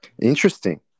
Interesting